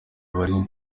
bari